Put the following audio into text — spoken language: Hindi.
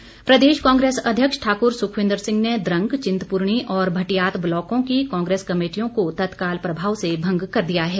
सुक्ख प्रदेश कांग्रेस अध्यक्ष ठाकुर सुखविंदर सिंह ने द्वंग चिंतपूर्णी और भटियात ब्लॉकों की कांग्रेस कमेटियों को तत्काल प्रभाव से भंग कर दिया है